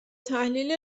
تحلیل